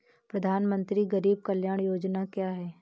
प्रधानमंत्री गरीब कल्याण योजना क्या है?